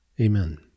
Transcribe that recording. Amen